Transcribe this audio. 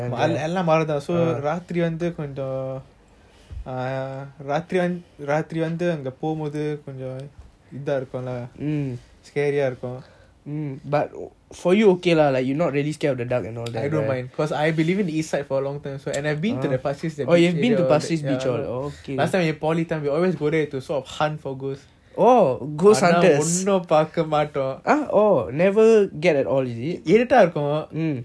err ராத்திரி ராத்திரி வந்து அங்க போக கொஞ்சம் இத இருக்கும்ல:rathiri rathiri vanthu anga poga konjam itha irukumla scary ah I don't mind because I have been living in the east side for a long time so and I've been to the pasir ris beach and all that last time in poly time we always go there to sort of hunt for ghosts ஆனா ஒன்னும் பாக்க மாட்டோம் இருந்த இருக்கும் போகும்போது கொஞ்சம்:aana onum paaka maatom iruta irukum pogumbothu konjam